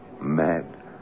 mad